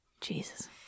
Jesus